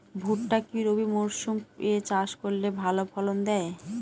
ভুট্টা কি রবি মরসুম এ চাষ করলে ভালো ফলন দেয়?